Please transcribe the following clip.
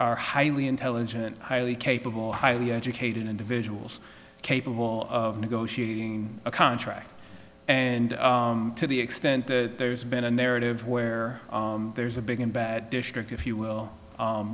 highly intelligent highly capable highly educated individuals capable of negotiating a contract and to the extent there's been a narrative where there's a big and bad district if you will